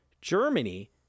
Germany